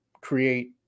create